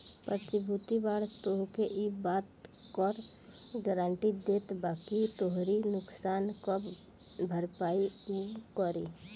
प्रतिभूति बांड तोहके इ बात कअ गारंटी देत बाकि तोहरी नुकसान कअ भरपाई उ करी